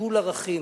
נטול ערכים,